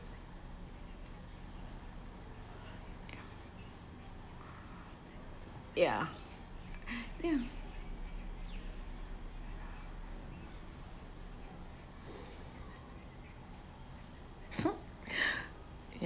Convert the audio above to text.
ya so